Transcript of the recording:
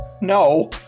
No